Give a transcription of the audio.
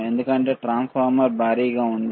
ఎందుకంటే ట్రాన్స్ఫార్మర్ భారీగా ఉంది